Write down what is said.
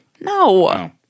No